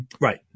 Right